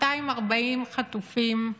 240 חטופים,